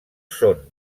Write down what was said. són